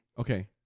okay